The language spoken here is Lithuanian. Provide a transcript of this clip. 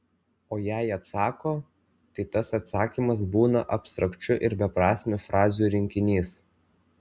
o jei atsako tai tas atsakymas būna abstrakčių ir beprasmių frazių rinkinys